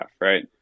right